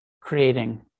creating